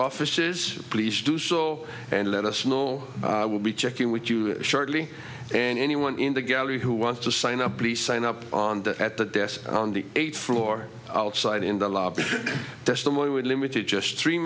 offices please do so and let us know we'll be checking with you shortly and anyone in the gallery who wants to sign up please sign up on the at the desk on the eighth floor outside in the lobby testimony would limited just three